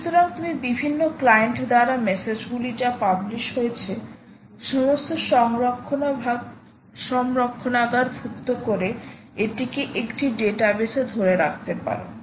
সুতরাং তুমি বিভিন্ন ক্লায়েন্ট দ্বারা মেসেজগুলি যা পাবলিশ হয়েছে সমস্ত সংরক্ষণাগারভুক্ত করে এটিকে একটি ডেটাবেস এ ধরে রাখতে পারো